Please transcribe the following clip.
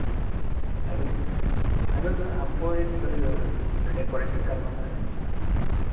hello hello sir हमको एक decoration करवाना है